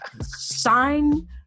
Sign